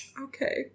Okay